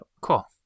Cool